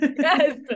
Yes